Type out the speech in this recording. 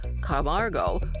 Camargo